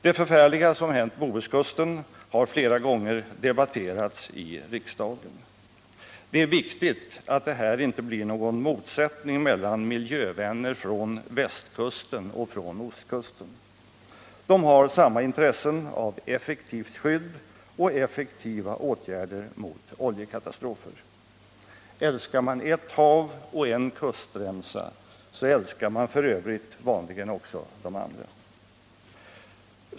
Det förfärliga som hänt Bohuskusten har flera gånger debatterats i riksdagen. Det är viktigt att det här inte blir någon motsättning mellan miljövänner från västkusten och från ostkusten. De har samma intressen av effektivt skydd och effektiva åtgärder mot oljekatastrofer. Älskar man ett hav och en kustremsa så älskar man för övrigt vanligen också de andra.